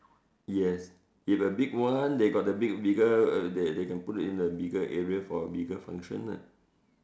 yes you've a big one they got the big bigger uh they can put it at a bigger area for a bigger function lah